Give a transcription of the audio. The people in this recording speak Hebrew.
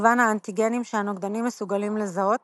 מגוון האנטיגנים שהנוגדנים מסוגלים לזהות